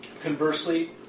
Conversely